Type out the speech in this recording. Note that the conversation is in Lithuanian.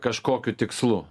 kažkokiu tikslu